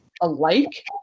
alike